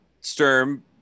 sturm